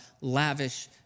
lavish